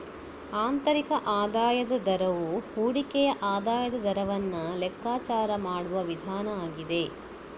ಆಂತರಿಕ ಆದಾಯದ ದರವು ಹೂಡಿಕೆಯ ಆದಾಯದ ದರವನ್ನ ಲೆಕ್ಕಾಚಾರ ಮಾಡುವ ವಿಧಾನ ಆಗಿದೆ